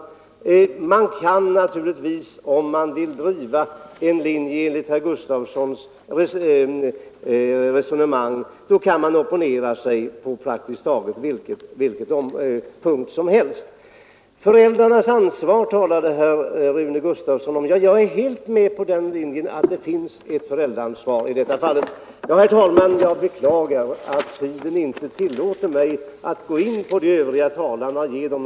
Om man vill driva en sådan linje som herr Gustavsson gör, så kan man opponera sig på praktiskt taget vilken punkt som helst. Vidare talade Rune Gustavsson om föräldrarnas ansvar, och jag är helt ense med honom om att här finns det ett föräldraansvar. Jag beklagar, herr talman, att tiden inte tillåter mig att gå in på vad övriga talare anfört.